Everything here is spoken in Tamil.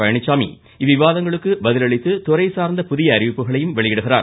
பழனிச்சாமி இவ்விவாதங்களுக்கு பதிலளித்து துறை சார்ந்த புதிய அறிவிப்புகளையும் வெளியிடுகிறார்